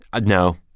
No